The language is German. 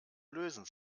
lösen